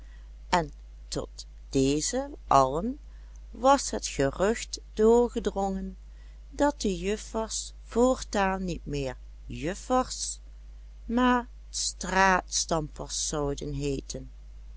en tot deze allen was het gerucht doorgedrongen dat de juffers voortaan niet meer juffers maar straatstampers zouden heeten